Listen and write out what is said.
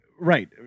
Right